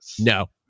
No